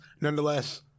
nonetheless